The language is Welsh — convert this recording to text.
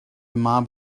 mab